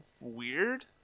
weird